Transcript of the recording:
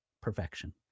perfection